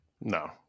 No